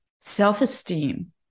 self-esteem